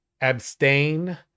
abstain